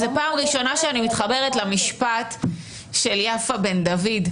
זו פעם ראשונה שאני מתחברת למשפט של יפה בן דוד,